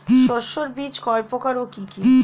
শস্যের বীজ কয় প্রকার ও কি কি?